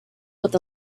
with